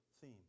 theme